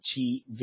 TV